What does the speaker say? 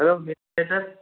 hello sir